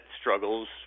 struggles